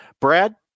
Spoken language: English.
brad